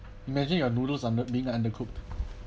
imagine your noodles are not being undercooked